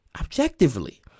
objectively